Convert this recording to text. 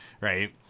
right